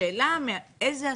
השאלה איזה עסקים,